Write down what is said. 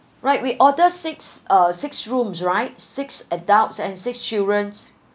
right we order six uh six rooms right six adults and six children